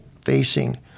facing